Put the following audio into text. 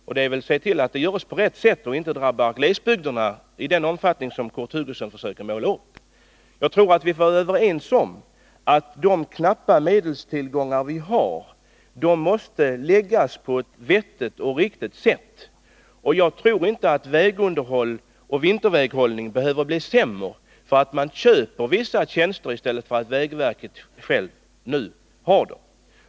Han kan där se till att den görs på rätt sätt och inte drabbar glesbygden i den omfattning som Kurt Hugosson här målade upp. Jag tror att vi får vara överens om att de knappa medelstillgångar vi har måste användas på ett vettigt och riktigt sätt. Jag tror inte att vägunderhåll och vinterväghållning behöver bli sämre för att man köper vissa tjänster i stället för att vägverket utför dem.